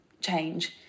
change